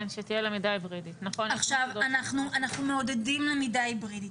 כן, שתהיה למידה היברידית.